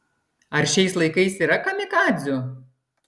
ar šiais laikais yra kamikadzių